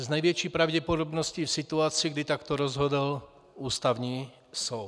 S největší pravděpodobností v situaci, kdy takto rozhodl Ústavní soud.